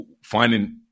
finding